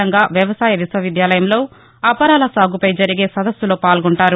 రంగా వ్యవసాయ విశ్వ విద్యాలయంలో అపరాల సాగుపై జరిగే సదస్సులో పాల్గొంటారు